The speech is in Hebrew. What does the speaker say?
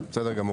כן, בסדר גמור.